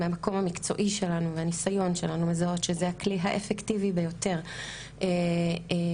מהמקום המקצועי שלנו והניסיון שלנו מזהות שזה הכלי האפקטיבי ביותר שאנחנו